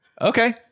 Okay